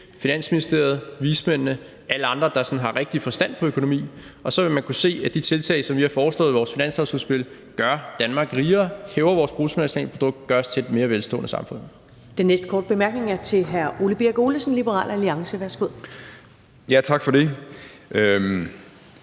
Finansministeriet, vismændene – alle andre, der sådan rigtig har forstand på økonomi. Så vil man kunne høre, at de tiltag, som vi har foreslået i vores finanslovsudspil, gør Danmark rigere, hæver vores bruttonationalprodukt, gør os til et mere velstående samfund. Kl. 14:35 Første næstformand (Karen Ellemann): Den næste korte bemærkning er til hr. Ole Birk Olesen, Liberal Alliance. Værsgo. Kl. 14:35 Ole